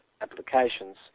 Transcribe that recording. applications